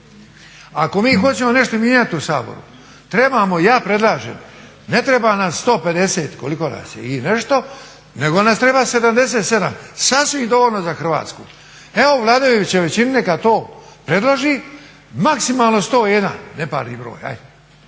Ako mi hoćemo nešto mijenjat u Saboru trebamo, ja predlažem, ne treba nam 150 koliko nas je i nešto nego nas treba 77, sasvim dovoljno za Hrvatsku. Evo vladajuća većina neka to predloži maksimalno 101, neparni broj.